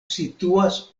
situas